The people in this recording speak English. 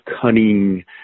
cunning